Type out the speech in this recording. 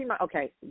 Okay